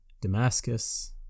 Damascus